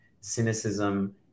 cynicism